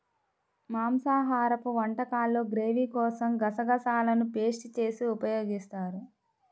మాంసాహరపు వంటకాల్లో గ్రేవీ కోసం గసగసాలను పేస్ట్ చేసి ఉపయోగిస్తారు